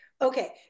Okay